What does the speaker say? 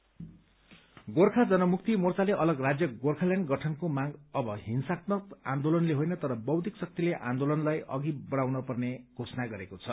x servicemen Gorkha Janmukti मोर्चाले अलग राज्य गोर्खाल्याण्ड गठनको माग अब हिंसात्मक आन्दोलनले होइन तर बौद्धिक शक्तिले आन्दोलनलाई अघि बढ़ाउन पर्ने घोषण गरेको छ